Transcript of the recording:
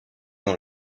dans